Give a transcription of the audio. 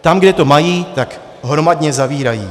Tam, kde to mají, tak hromadně zavírají.